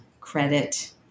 credit